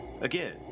Again